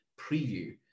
preview